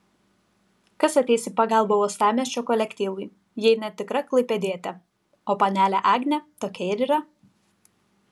kas ateis į pagalbą uostamiesčio kolektyvui jei ne tikra klaipėdietė o panelė agnė tokia ir yra